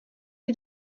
die